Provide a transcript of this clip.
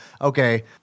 okay